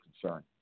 concern